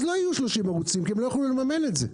אז לא יהיו 30 ערוצים כי הם לא יוכלו לממן את זה.